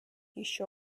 еще